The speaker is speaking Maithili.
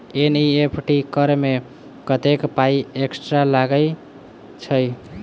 एन.ई.एफ.टी करऽ मे कत्तेक पाई एक्स्ट्रा लागई छई?